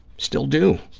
still do.